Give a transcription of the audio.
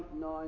Nine